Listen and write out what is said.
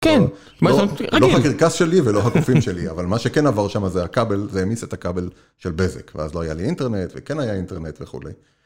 ‫כן. ‫-לא הקרקס שלי ולא הקופים שלי, ‫אבל מה שכן עבר שם זה הכבל, ‫זה המיס את הכבל של בזק. ‫ואז לא היה לי אינטרנט, ‫וכן היה אינטרנט וכולי.